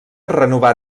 renovà